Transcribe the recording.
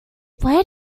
where